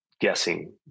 guessing